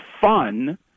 fun